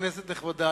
כנסת נכבדה,